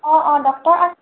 অ' অ' ডক্টৰ আ